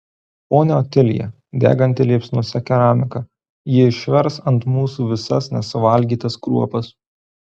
ponia otilija deganti liepsnose keramika ji išvers ant mūsų visas nesuvalgytas kruopas